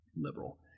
liberal